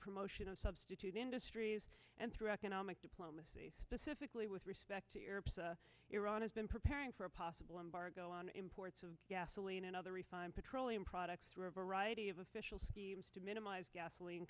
promotion of substitute industries and through economic diplomacy specifically with respect to europe iran has been preparing for a possible embargo on imports of gasoline and other refined petroleum products for a variety of official schemes to minimize gasoline